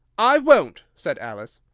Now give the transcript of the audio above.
i won't! said alice.